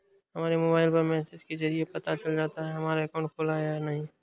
हमारे मोबाइल पर मैसेज के जरिये पता चल जाता है हमारा अकाउंट खुला है या नहीं